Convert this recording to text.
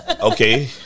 Okay